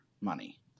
money